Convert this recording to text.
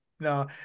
No